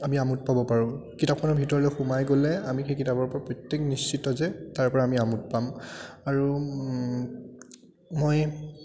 আমি আমোদ পাব পাৰোঁ কিতাপখনৰ ভিতৰলৈ সোমাই গ'লে আমি সেই কিতাপৰ পৰা প্ৰত্যেকে নিশ্চিত যে তাৰ পৰা আমি আমোদ পাম আৰু মই